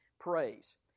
praise